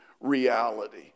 reality